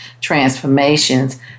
Transformations